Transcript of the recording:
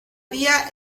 vía